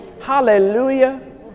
hallelujah